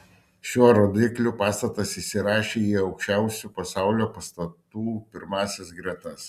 šiuo rodikliu pastatas įsirašė į aukščiausių pasaulio pastatų pirmąsias gretas